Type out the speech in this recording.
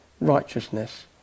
righteousness